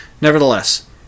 Nevertheless